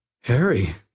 Harry